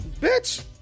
Bitch